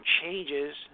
changes